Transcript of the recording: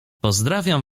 pozdrawiam